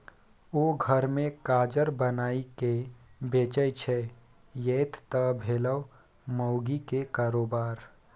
ओ घरे मे काजर बनाकए बेचय छै यैह त भेलै माउगीक कारोबार